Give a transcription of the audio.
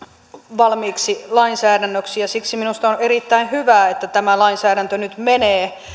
valmiiksi lainsäädännöksi siksi minusta on erittäin hyvä että tämä lainsäädäntö nyt